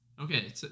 Okay